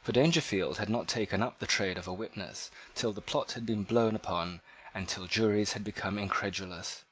for dangerfield had not taken up the trade of a witness till the plot had been blown upon and till juries had become incredulous.